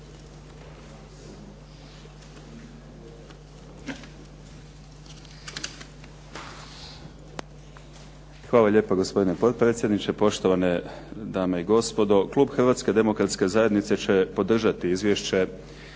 Hvala lijepa, gospodine potpredsjedniče. Poštovane dame i gospodo. Klub Hrvatske demokratske zajednice će podržati Izvješće